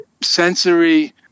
sensory